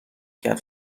کرد